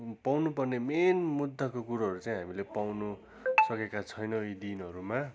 पाउनुपर्ने मेन मुद्दाको कुरोहरू चाहिँ हामीले पाउनुसकेका छैनौँ यी दिनहरूमा